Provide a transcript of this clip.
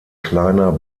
kleiner